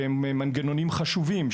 והם מנגנונים חשובים,